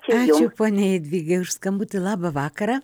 ačiū poniai jadvygai už skambutį labą vakarą